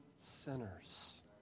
sinners